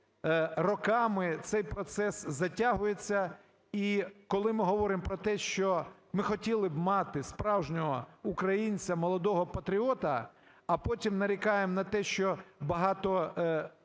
роками цей процес затягується. І коли ми говоримо про те, що ми хотіли б мати справжнього українця – молодого патріота, а потім нарікаємо на те, що багато